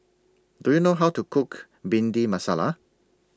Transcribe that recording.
Do YOU know How to Cook Bhindi Masala